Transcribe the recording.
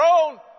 own